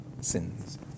sins